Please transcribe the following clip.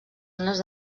ones